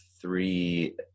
Three